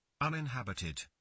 Uninhabited